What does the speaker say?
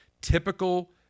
Typical